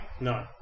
No